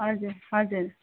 हजुर हजुर